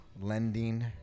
Lending